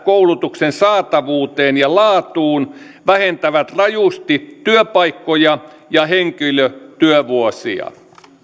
koulutuksen saatavuuteen ja laatuun vähentävät rajusti työpaikkoja ja henkilötyövuosia